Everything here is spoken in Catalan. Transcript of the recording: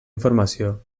informació